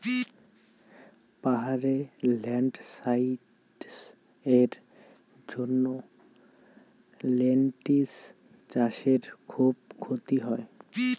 পাহাড়ে ল্যান্ডস্লাইডস্ এর জন্য লেনটিল্স চাষে খুব ক্ষতি হয়